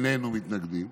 איננו מתנגדים.